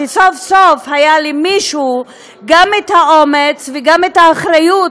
שסוף-סוף היה למישהו גם האומץ וגם האחריות